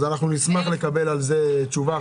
נשמח לקבל על זה תשובה.